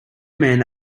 men